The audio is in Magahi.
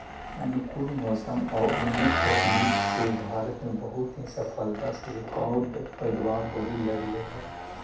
अनुकूल मौसम आउ उन्नत तकनीक से भारत में बहुत ही सफलता से रिकार्ड पैदावार होवे लगले हइ